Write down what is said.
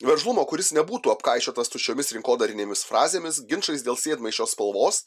veržlumo kuris nebūtų apkaišiotas tuščiomis rinkodarinėmis frazėmis ginčais dėl sėdmaišio spalvos